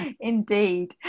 indeed